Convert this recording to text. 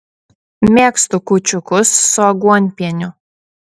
mėgstu kūčiukus su aguonpieniu